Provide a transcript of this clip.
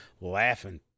laughing